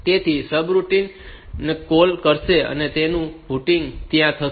તેથી તે subroutine su ને કૉલ કરશે અને તેમનું પુટિંગ ત્યાં થશે